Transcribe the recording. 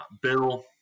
Bill